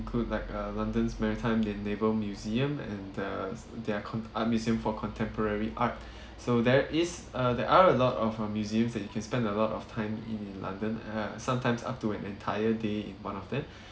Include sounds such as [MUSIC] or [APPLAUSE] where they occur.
~clude like uh london's maritime the naval museum and uh there're cont~ art museum for contemporary art [BREATH] so there is a there are a lot of uh museums that you can spend a lot of time in in london uh sometimes up to an entire day in one of them [BREATH]